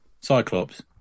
Cyclops